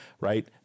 right